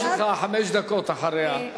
יש לך חמש דקות אחריה.